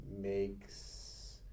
makes